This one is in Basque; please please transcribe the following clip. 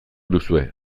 duzue